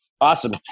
Awesome